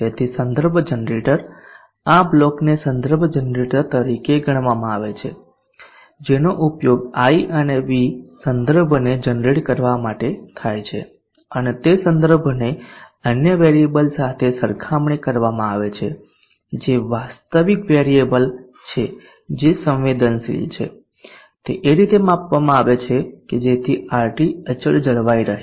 તેથી સંદર્ભ જનરેટર આ બ્લોકને સંદર્ભ જનરેટર તરીકે ગણવામાં આવી શકે છે જેનો ઉપયોગ i અને v સંદર્ભને જનરેટ કરવા થાય છે અને તે સંદર્ભને અન્ય વેરીએબલ સાથે સરખામણી કરવામાં આવે છે જે વાસ્તવિક વેરીએબલ છે જે સંવેદનશીલ છે તે એ રીતે માપવામાં આવે છે કે જેથી RT અચળ જાળવાઈ રહે